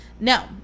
no